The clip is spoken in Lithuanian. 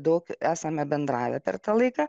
daug esame bendravę per tą laiką